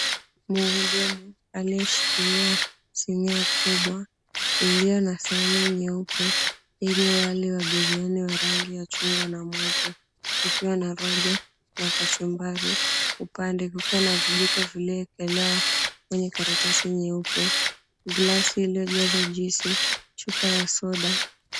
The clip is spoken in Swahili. Mhudumu aliyeshikilia sinia kubwa iliyo na sahani nyeupe yenye wali wa biriani wa rangi ya chungwa na mweupe ukiwa na rojo na kachumbari upande kukiwa na vijiko vilivyoekelewa kwenye karatasi nyeupe, glasi iliyojazwa juicy chupa ya soda.